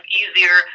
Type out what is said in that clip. easier